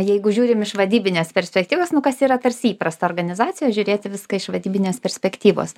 jeigu žiūrim iš vadybinės perspektyvos nu kas yra tarsi įprasta organizacijoj žiūrėt į viską iš vadybinės perspektyvos